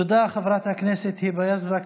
תודה, חברת הכנסת היבה יזבק.